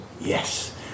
yes